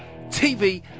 TV